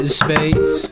space